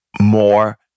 More